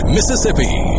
Mississippi